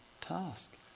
task